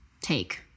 take